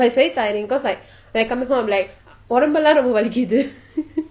like very tiring cause like when I coming home I'll be like உடம்பெல்லாம் ரோம்ப வலிக்குது:udampellam romba valikuthu